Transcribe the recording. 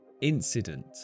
incident